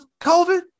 COVID